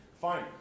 Fine